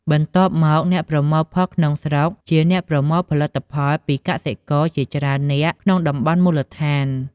បន្ទាប់មក អ្នកប្រមូលផលក្នុងស្រុក ជាអ្នកប្រមូលផលិផលពីកសិករជាច្រើននាក់ក្នុងតំបន់មូលដ្ឋាន។